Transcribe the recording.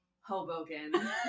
Hoboken